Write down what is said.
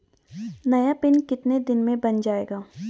नया पिन कितने दिन में बन जायेगा?